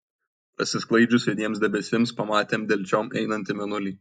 prasisklaidžius juodiems debesims pamatėm delčion einantį mėnulį